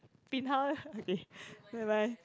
bin hao okay bye bye